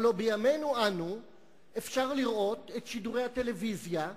הלוא בימינו-אנו אפשר לראות את שידורי הטלוויזיה בטלפון.